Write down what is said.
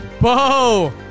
Bo